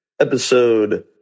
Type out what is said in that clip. episode